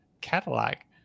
Cadillac